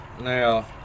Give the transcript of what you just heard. Now